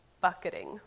bucketing